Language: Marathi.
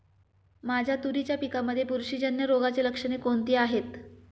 माझ्या तुरीच्या पिकामध्ये बुरशीजन्य रोगाची लक्षणे कोणती आहेत?